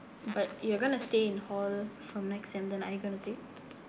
but you're going to stay in hall from next sem~ then are you going to pay